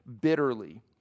bitterly